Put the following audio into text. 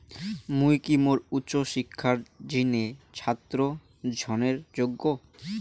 মুই কি মোর উচ্চ শিক্ষার জিনে ছাত্র ঋণের যোগ্য?